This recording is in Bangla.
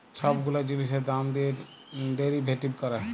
ছব গুলা জিলিসের দাম দিঁয়ে ডেরিভেটিভ ক্যরে